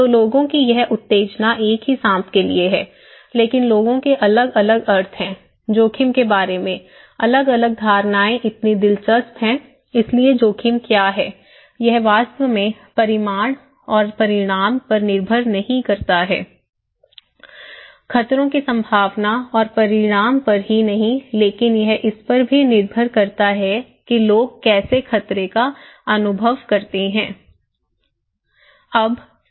तो लोगों की यह उत्तेजना एक ही सांप के लिए है लेकिन लोगों के अलग अलग अर्थ हैं जोखिम के बारे में अलग अलग धारणाएं इतनी दिलचस्प हैं इसलिए जोखिम क्या है यह वास्तव में परिमाण और परिणाम पर निर्भर नहीं करता है खतरों की संभावना और परिणाम पर ही नहीं लेकिन यह इस पर भी निर्भर करता है कि लोग कैसे खतरा अनुभव करते हैं